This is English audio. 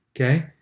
okay